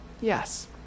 yes